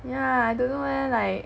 yeah I don't know leh like